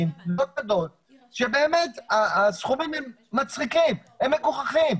כאשר הסכומים הם מצחיקים ומגוחכים.